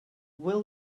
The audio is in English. will